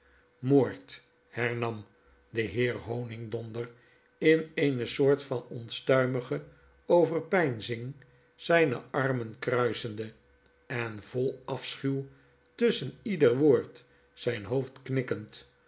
moord hernam de heer honigdonder in eene soort van onstuimige overpeinzing zijne armen kruisende en vol afschuw tusschen ieder woord zijn hoofd knikkend